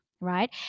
right